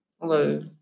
Hello